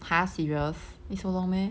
!huh! serious need so long meh